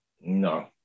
No